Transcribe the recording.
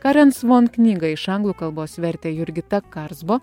karen svon knygą iš anglų kalbos vertė jurgita karzbo